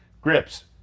grips